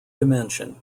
dimension